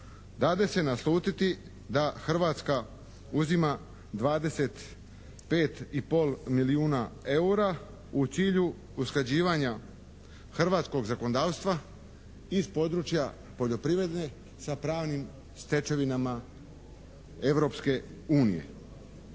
dade se naslutiti da Hrvatska uzima 25 i pol milijuna EUR-a u cilju usklađivanja hrvatskog zakonodavstva iz područja poljoprivrede sa pravnim stečevinama